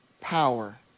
Power